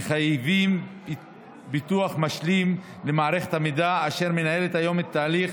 מחייבים פיתוח משלים למערכת המידע אשר מנהלת היום את התהליך